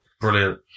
Brilliant